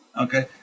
Okay